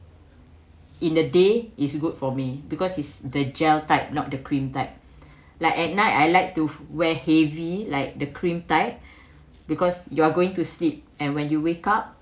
in the day is good for me because it's the gel type not the cream type like at night I like to wear heavy like the cream tie because you're going to sleep and when you wake up